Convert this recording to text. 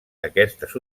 aquestes